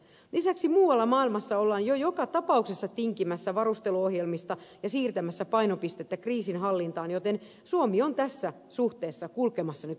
lisäksi muualla maailmassa ollaan jo joka tapauksessa tinkimässä varusteluohjelmista ja siirtämässä painopistettä kriisinhallintaan joten suomi on tässä suhteessa kulkemassa nyt vastavirtaan